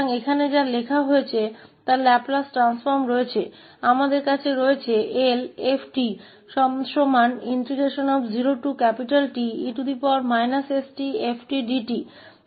तो यह वही है जो यहां लिखा गया है इसलिए हमारे पास लाप्लास ट्रांसफॉर्म है हमारे पास 𝐿𝑓𝑡 इस टर्म 0Te stfdte sT𝐿𝑓𝑡 के बराबर है